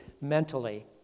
mentally